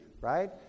right